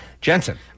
Jensen